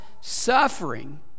suffering